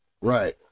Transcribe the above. Right